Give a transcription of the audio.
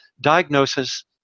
diagnosis